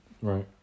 Right